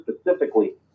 specifically